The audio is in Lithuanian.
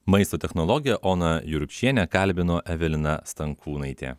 maisto technologė oną jurkšienę kalbino evelina stankūnaitė